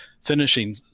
finishing